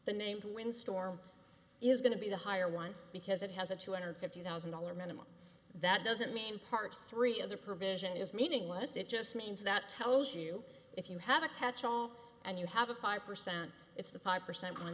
the named wind storm is going to be the higher one because it has a two hundred fifty thousand dollar minimum that doesn't mean part three of the provision is meaningless it just means that tells you if you have a catch all and you have a five percent it's the five percent